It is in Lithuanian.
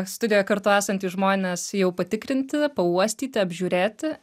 studijoje kartu esantys žmonės jau patikrinti pauostyti apžiūrėti